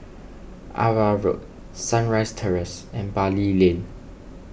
Ava Road Sunrise Terrace and Bali Lane